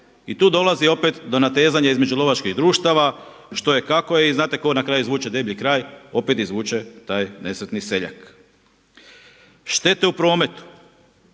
i tu dolazi opet do natezanja između lovačkih društava što i kako je. I znate tko na kraju izvuče deblji kraj? Opet izvuče taj nesretni seljak. Štete u prometu.